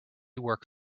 work